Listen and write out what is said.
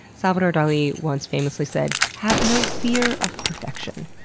salvador dali once famously said, have no fear of perfection,